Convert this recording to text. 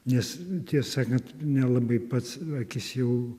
nes tiesą sakant nelabai pats akis jau